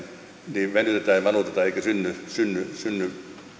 niin venytetään ja vanutetaan eikä synny